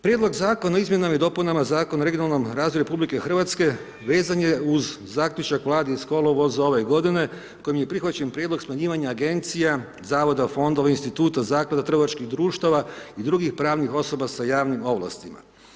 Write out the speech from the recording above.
Prijedlog Zakona o izmjenama i dopunama Zakona o regionalnom razvoju RH, vezan je uz zaključak vlade iz kolovoza ove g. kojim je prihvaćen prijedlog smanjivanje agencija, zavoda, fondova, instituta, zaklada, trgovačkih društava i drugih pravnih osoba s javnim ovlastima.